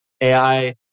AI